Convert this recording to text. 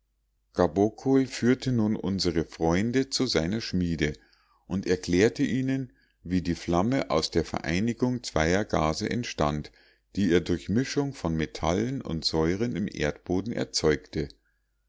gabokol führte nun unsere freunde zu seiner schmiede und erklärte ihnen wie die flamme aus der vereinigung zweier gase entstand die er durch mischung von metallen und säuren im erdboden erzeugte